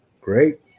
Great